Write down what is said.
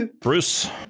Bruce